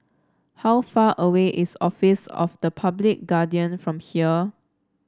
how far away is Office of the Public Guardian from here